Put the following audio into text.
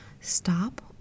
stop